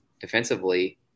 defensively